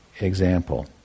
example